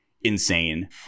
insane